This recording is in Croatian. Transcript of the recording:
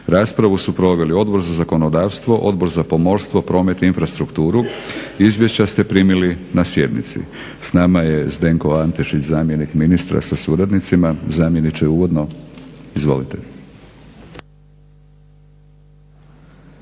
Raspravu su proveli Odbor za zakonodavstvo, Odbor za pomorstvo, promet, infrastrukturu. Izvješća ste primili na sjednici. S nama je Zdenko Antešić, zamjenik ministra sa suradnicima. Zamjeniče, uvodno. Izvolite.